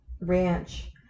ranch